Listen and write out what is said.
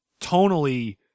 Tonally